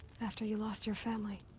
after you lost your family?